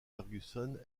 ferguson